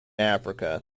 africa